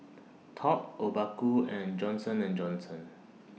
Top Obaku and Johnson and Johnson